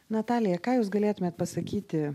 natalija ką jūs galėtumėt pasakyti